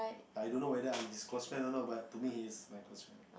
I don't know whether I'm his close friend or not but to me he is my close friend